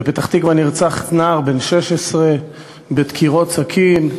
בפתח-תקווה נרצח נער בן 16 בדקירות סכין,